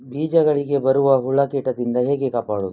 ಬೀಜಗಳಿಗೆ ಬರುವ ಹುಳ, ಕೀಟದಿಂದ ಹೇಗೆ ಕಾಪಾಡುವುದು?